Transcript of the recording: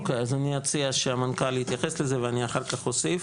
אני מציע שהמנכ"ל יתייחס לזה, ואני אחר כך אוסיף.